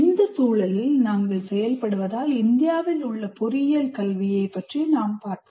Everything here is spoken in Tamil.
இந்த சூழலில் நாங்கள் செயல்படுவதால் இந்தியாவில் உள்ள பொறியியல் கல்வியைப் பற்றி பார்ப்போம்